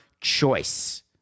choice